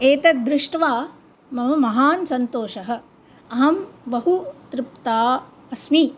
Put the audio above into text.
एतद् दृष्ट्वा मम महान् सन्तोषः अहं बहु तृप्ता अस्मि